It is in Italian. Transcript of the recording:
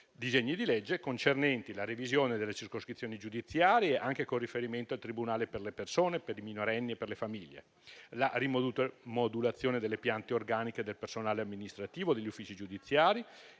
disegni di legge concernenti la revisione delle circoscrizioni giudiziarie, anche con riferimento al tribunale per le persone, per i minorenni e per le famiglie; la rimodulazione delle piante organiche del personale amministrativo degli uffici giudiziari